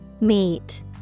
Meet